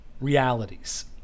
realities